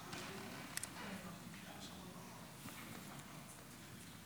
חמש דקות,